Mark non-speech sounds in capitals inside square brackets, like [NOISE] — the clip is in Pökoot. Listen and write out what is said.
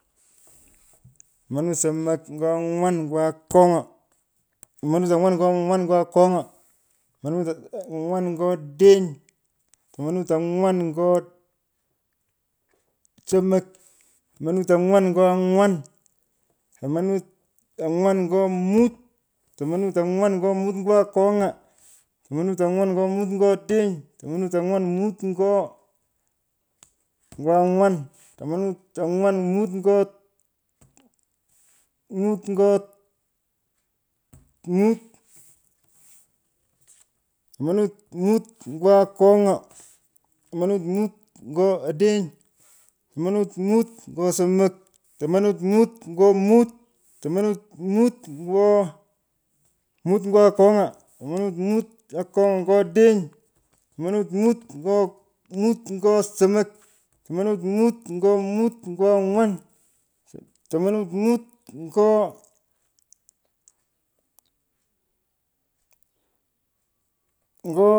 Tomunut somok nyo angwan nyo akong’a. tomanut angwan nyo angwan nyo akony’a. tomanut [HESITATION] ongwan nyo angwan nyo odeny. tomanut angwan. tomanut angwan nyo mut. tomanut angwan nyo mut nyo akony’a. tomunut angwan nyo mut nyo odeny. tomamut angwan mut nyoo [HESITATION] nyo angwan. tomanut angwan mot nyo [HESITATION] mut nyo [HESITATION] mut. tomunut mut nyo akong’a. tomanut mut nyo mut. tomanut mut nyo mut nyo akong’a. tomanut mut akong’a nyo odeny. tomamut mut nyo mut nyo somak. tomamut mut nyo mut nyo angwan. tomamut mut nyoo [HESITATION] nyoo.